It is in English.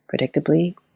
predictably